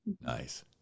Nice